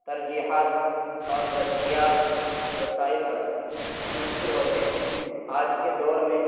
ترجیحات اور دستیاب وسائل پر منحصر ہوتے ہیں آج کے دور میں